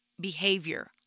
behavior